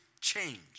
change